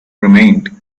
remained